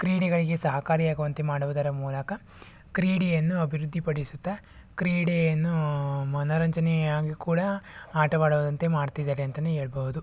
ಕ್ರೀಡೆಗಳಿಗೆ ಸಹಕಾರಿಯಾಗುವಂತೆ ಮಾಡುವುದರ ಮೂಲಕ ಕ್ರೀಡೆಯನ್ನು ಅಭಿವೃದ್ಧಿ ಪಡಿಸುತ್ತಾ ಕ್ರೀಡೆಯನ್ನು ಮನೋರಂಜನೆಯಾಗಿ ಕೂಡ ಆಟವಾಡೋದಂತೆ ಮಾಡ್ತಿದ್ದಾರೆ ಅಂತಲೇ ಹೇಳ್ಬೋದು